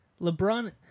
LeBron